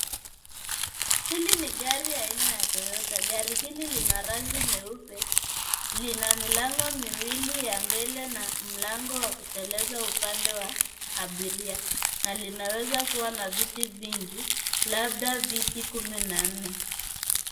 Hili ni gari aina ya toyota. Gari hili lina rangi nyeupe, lina milango miwili ya mbele na mlango wa kuteleza upande wa abiria na linaweza kuwa na viti vingi labda viti kumi na nne.